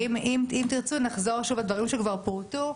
אם תירצו, נחזור שוב על דברים שכבר פורטו.